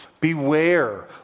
Beware